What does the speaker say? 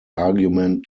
argument